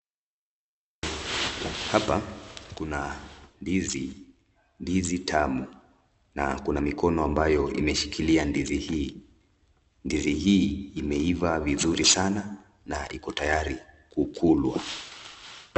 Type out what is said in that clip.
Hapa kuna ndizi, ndizi tamu na kuna mikono ambayo imeshikilia ndizi hii. Ndizi hii imeiva vizuri sana na iko tayari kukulwa.